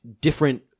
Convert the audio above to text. different